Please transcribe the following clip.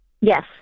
Yes